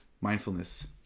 mindfulness